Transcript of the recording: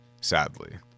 sadly